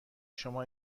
شما